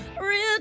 real